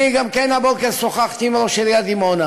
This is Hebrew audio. אני גם הבוקר שוחחתי עם ראש עיריית דימונה